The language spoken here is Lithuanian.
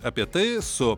apie tai su